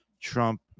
Trump